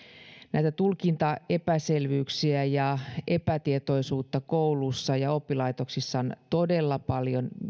näitä tulkintaepäselvyyksiä ja epätietoisuutta kouluissa ja oppilaitoksissa on todella paljon